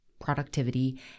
productivity